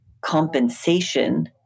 compensation